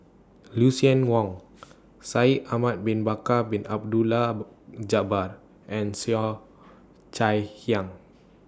Lucien Wang Shaikh Ahmad Bin Bakar Bin Abdullah Jabbar and Cheo Chai Hiang